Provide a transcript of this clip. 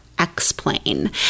explain